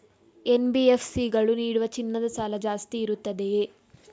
NBFC ಗಳು ನೀಡುವ ಚಿನ್ನದ ಸಾಲ ಜಾಸ್ತಿ ಇರುತ್ತದೆಯೇ?